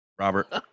Robert